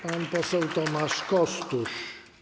Pan poseł Tomasz Kostuś.